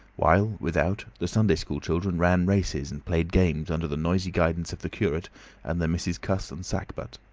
while, without, the sunday-school children ran races and played games under the noisy guidance of the curate and the misses cuss and sackbut.